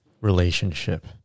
relationship